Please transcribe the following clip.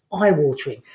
eye-watering